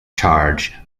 charge